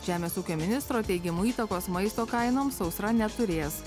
žemės ūkio ministro teigimu įtakos maisto kainoms sausra neturės